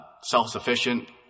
self-sufficient